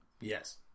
Yes